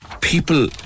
people